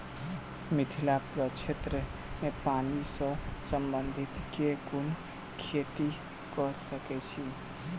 मिथिला प्रक्षेत्र मे पानि सऽ संबंधित केँ कुन खेती कऽ सकै छी?